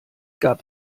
gab